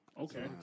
Okay